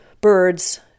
birds